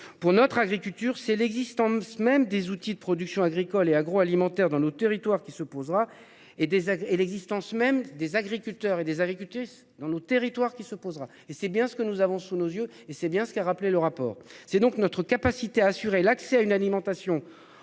Pour notre agriculture c'est l'existence même des outils de production agricole et agroalimentaire dans nos territoires qui se posera et des actes, et l'existence même des agriculteurs et des agricultrices dans nos territoires qui se posera et c'est bien ce que nous avons sous nos yeux et c'est bien ce qu'a rappelé le rapport. C'est donc notre capacité à assurer l'accès à une alimentation